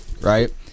right